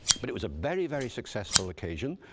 but it was a very very successful occasion,